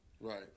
Right